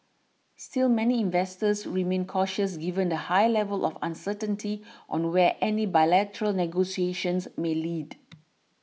still many investors remained cautious given the high level of uncertainty on where any bilateral negotiations may lead